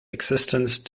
existence